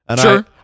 Sure